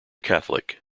catholic